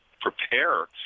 prepare